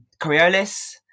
Coriolis